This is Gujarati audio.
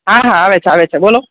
હા આવે આવે છે બોલો